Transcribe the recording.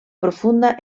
profunda